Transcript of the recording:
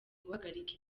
guhagarika